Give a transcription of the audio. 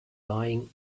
lying